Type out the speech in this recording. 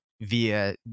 via